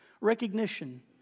recognition